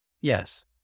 Yes